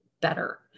better